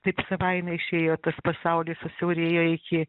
taip savaime išėjo tas pasaulis susiaurėjo iki